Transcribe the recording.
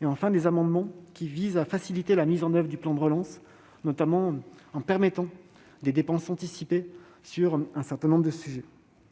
L'Assemblée nationale a, enfin, adopté les amendements visant à faciliter la mise en oeuvre du plan de relance, notamment en permettant des dépenses anticipées sur un certain nombre de sujets.